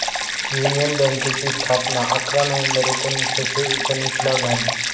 union बँकेची स्थापना अकरा नोव्हेंबर एकोणीसशे एकोनिसला झाली